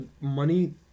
money